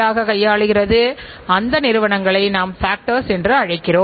இவை அனைத்தும் நடக்கும்போது நிச்சயமாக சந்தை பங்கினை அதிகரிக்க முடியும்